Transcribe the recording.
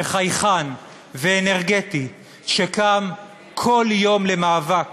וחייכן ואנרגטי שקם כל יום למאבק.